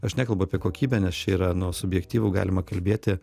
aš nekalbu apie kokybę nes čia yra nu subjektyvu galima kalbėti